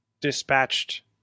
dispatched